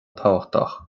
tábhachtach